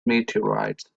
meteorites